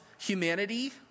humanity